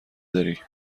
داری